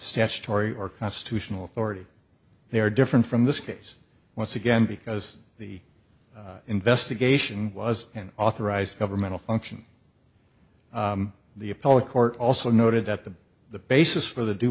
statutory or constitutional authority they are different from this case once again because the investigation was an authorized governmental function the appellate court also noted that the the basis for the d